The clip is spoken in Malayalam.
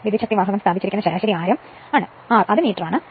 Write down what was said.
വിദ്യുത്ശക്തിവാഹകo സ്ഥാപിച്ചിരിക്കുന്ന ശരാശരി ആരം ആണ് r അതും മീറ്ററാണ്